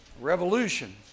revolution